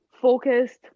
focused